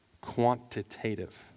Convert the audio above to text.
quantitative